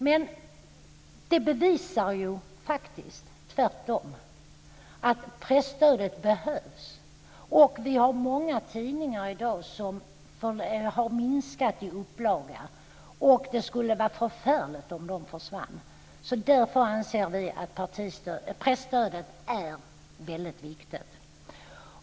Men det bevisar ju tvärtom att presstödet behövs. Vi har många tidningar i dag som har minskat i upplaga. Det skulle vara förfärligt om de försvann. Därför anser vi att presstödet är väldigt viktigt.